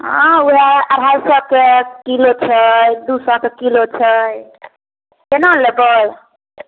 हँ ओएह अढ़ाइ सए के किलो छै दू सए के किलो छै केना लेबै